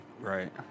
right